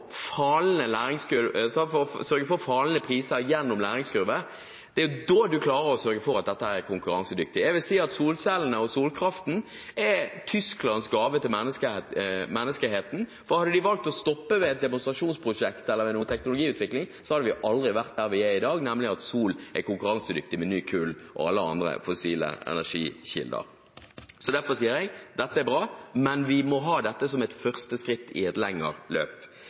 at dette ble konkurransedyktig. Jeg vil si at solcellene og solkraften er Tysklands gave til menneskeheten, for hadde de valgt å stoppe ved et demonstrasjonsprosjekt, eller ved en teknologiutvikling, hadde vi aldri vært der vi er i dag, nemlig at sol er konkurransedyktig med kull og alle andre fossile energikilder. Så derfor sier jeg: Dette er bra, men vi må ha det som et første skritt i et lengre løp.